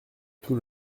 tout